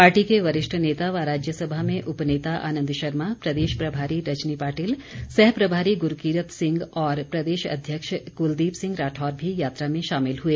party के वरिष्ठ नेता व राज्यसभा में उपनेता आनन्द शर्मा प्रदेश प्रभारी रजनी पाटिल सह प्रभारी गुरूकीरत सिंह और प्रदेश अध्यक्ष कुलदीप सिंह राठौर भी यात्रा में शामिल हुए